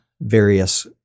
various